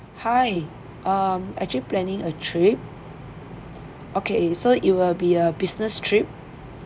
hi um actually planning a trip okay so it will be a business trip